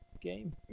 Game